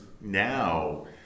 now